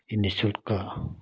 यी निःशुल्क